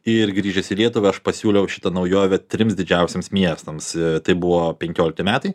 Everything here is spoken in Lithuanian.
ir grįžęs į lietuvą aš pasiūliau šitą naujovę trims didžiausiems miestams tai buvo penkiolikti metai